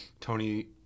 Tony